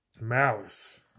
Malice